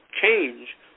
change